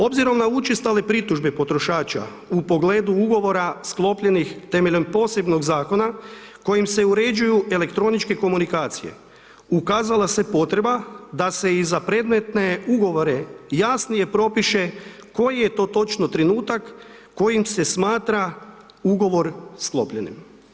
Obzirom na učestale pritužbe potrošača u pogledu ugovora sklopljenih temeljem posebnog zakona kojim se uređuju elektroničke komunikacije ukazala se potreba da se i za predmetne ugovore jasnije propiše koji je to točno trenutak kojim se smatra ugovor sklopljenim.